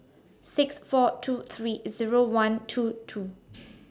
six four two three Zero one one two